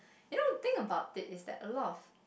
you know think about it it's like a lot of